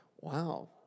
Wow